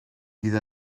fydd